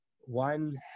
One